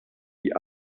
die